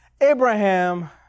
Abraham